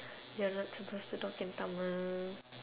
you're not supposed to talk in tamil